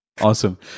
Awesome